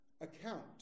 account